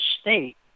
state